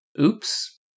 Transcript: oops